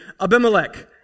Abimelech